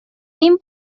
این